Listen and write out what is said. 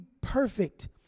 perfect